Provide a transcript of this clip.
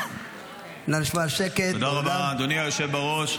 תודה רבה, אדוני היושב בראש.